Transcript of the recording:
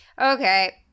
Okay